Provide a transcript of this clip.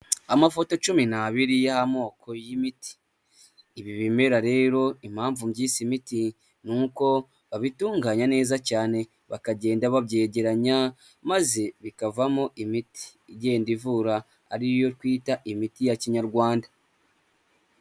Amafoto cumi n'abiri y'amoko y'imiti, ibi bimera rero impamvu mbyise imiti ni uko babitunganya neza cyane bakagenda babyegeranya, maze bikavamo imiti igenda ivura, ari yo twita imiti ya kinyarwanda.